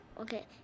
Okay